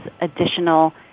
additional